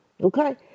Okay